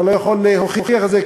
אתה לא יכול להוכיח את זה,